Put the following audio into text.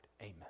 Amen